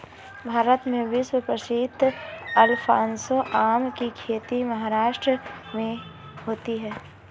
भारत में विश्व प्रसिद्ध अल्फांसो आम की खेती महाराष्ट्र में होती है